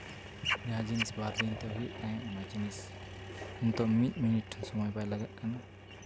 ᱡᱟᱦᱟᱸ ᱡᱤᱱᱤᱥ ᱵᱨᱫᱤᱱ ᱛᱮ ᱦᱩᱭᱩᱜ ᱛᱟᱦᱮᱸᱫ ᱚᱱᱟ ᱡᱤᱱᱤᱥ ᱱᱤᱛ ᱫᱚ ᱢᱤᱫ ᱢᱤᱱᱤᱴ ᱦᱚᱸ ᱥᱚᱢᱚᱭ ᱵᱟᱭ ᱞᱟᱜᱟᱜ ᱠᱟᱱᱟ